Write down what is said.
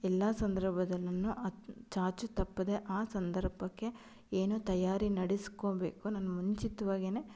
ಎಲ್ಲ ಸಂದರ್ಭದಲ್ಲು ಆ ಚಾಚೂ ತಪ್ಪದೆ ಆ ಸಂದರ್ಭಕ್ಕೆ ಏನು ತಯಾರಿ ನಡೆಸ್ಕೋಬೇಕು ನಾನು ಮುಂಚಿತ್ವಾಗೆ